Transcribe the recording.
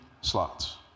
slots